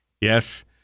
yes